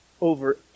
over